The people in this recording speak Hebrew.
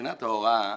מבחינת ההוראה,